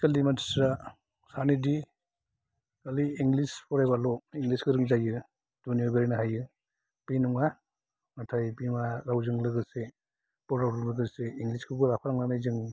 आथिखालनि मानसिफ्रा सानो दि खालि इंलिस फरायबाल' इंलिस गोरों जायो दुनिया बेरायनो हायो बे नङा नाथाय बिमा रावजों लोगोसे बर रावजों लोगोसे इंलिसखौबो लाफानानै जों